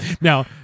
Now